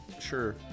Sure